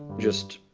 just,